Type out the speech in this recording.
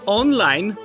online